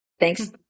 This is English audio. Thanks